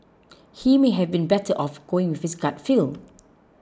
he may have been better off going with his gut feel